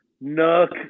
Nook